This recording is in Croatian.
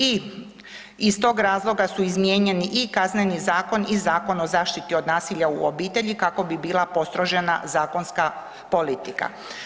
Iz tog razloga su izmijenjeni i Kazneni zakon i Zakon o zaštiti od nasilja u obitelji kako bi bila postrožena zakonska politika.